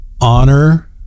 honor